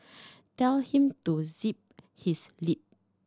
tell him to zip his lip